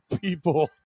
people